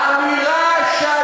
מי שטוען שהאמירות האלה זה יהדות,